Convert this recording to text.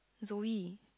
Zoey